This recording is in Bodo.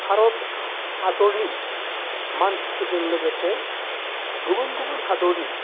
भारत हादरनि मानसिफोरजों लोगोसे गुबुन गुबुन हादरनि